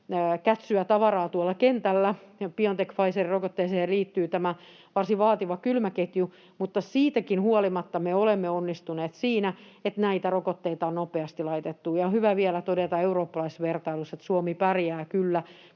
kätsyä tavaraa tuolla kentällä. Biontech-Pfizer-rokotteeseen liittyy varsin vaativa kylmäketju, mutta siitäkin huolimatta me olemme onnistuneet siinä, että näitä rokotteita on nopeasti laitettu. Ja on hyvä vielä todeta eurooppalaisessa vertailussa, että Suomi pärjää kyllä,